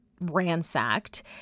ransacked